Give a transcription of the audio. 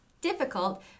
difficult